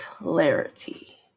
clarity